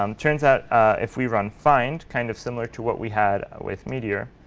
um turns out if we run find, kind of similar to what we had with meteor,